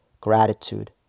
gratitude